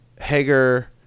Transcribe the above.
Hager